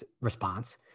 response